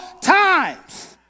times